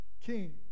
king